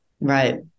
Right